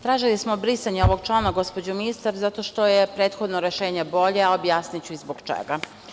Tražili smo brisanje ovog člana, gospođo ministar, zato što je prethodno rešenje bolje, a objasniću i zbog čega.